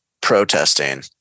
protesting